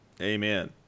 Amen